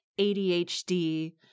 ADHD